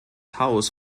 haus